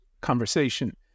conversation